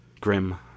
Grim